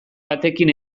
batekin